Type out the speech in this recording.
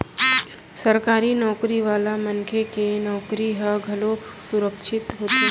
सरकारी नउकरी वाला मनखे के नउकरी ह घलोक सुरक्छित होथे